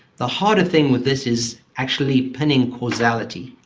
the harder thing with this is actually pinning causality.